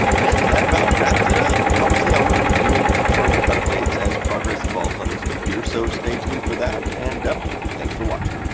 and that about wraps it up. obviously, i will be doing ah further updates as progress evolves on this computer, so stay tuned for that and thanks for watching.